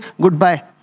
goodbye